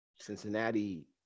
Cincinnati